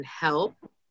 help